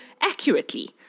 accurately